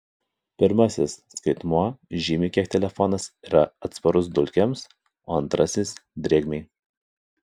pirmasis skaitmuo žymi kiek telefonas yra atsparus dulkėms o antrasis drėgmei